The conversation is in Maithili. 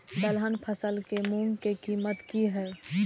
दलहन फसल के मूँग के कीमत की हय?